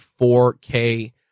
4K